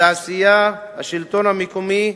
התעשייה, השלטון המקומי,